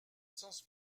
sens